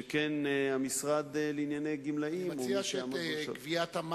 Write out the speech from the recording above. שכן המשרד לענייני גמלאים הוא מי שיעמוד אני מציע שאת גביית תשלום